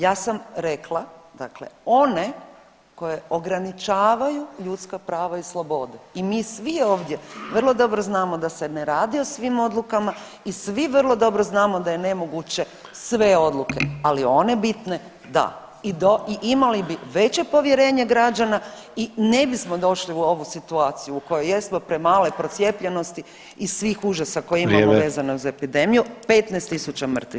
Ja sam rekla dakle one koje ograničavaju ljudska prava i slobode i mi svi ovdje vrlo dobro znamo da se ne radi o svim odlukama i svi vrlo dobro znamo da je nemoguće sve odluke, ali one bitne da i imali bi veće povjerenje građana i ne bismo došli u ovu situaciju u kojoj jesmo male procijepljenosti i svih užasa koje imamo vezano za epidemiju, 15 tisuća mrtvih.